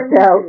out